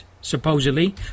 supposedly